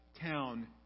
town